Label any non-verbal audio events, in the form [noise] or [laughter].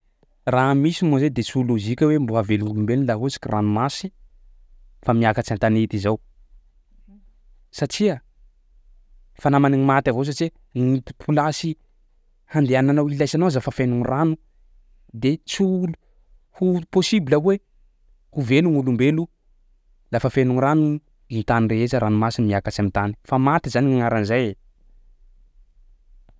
Raha misy moa zay de tsy ho lôjika hoe mbo ahavelo gn'olombelo laha ohatsy ka ranomasy fa miakatsy an-tanety izao [noise] satsia fa nama gny maty avao satsia ny toko plasy handehananao ilaisanao aza fa feno rano de tsy ho olo ho possible hoe ho velo gn'olombelo lafa feno rano ny tany rehetsa ranomasy mikatsy am'tany, fa maty zany gny agnaran'zay e.